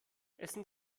essen